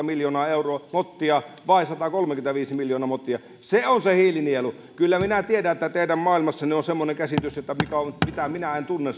miljoonaa mottia vai satakolmekymmentäviisi miljoonaa mottia se on se hiilinielu kyllä minä tiedän että teidän maailmassanne on semmoinen käsitys että mitä minä en tunne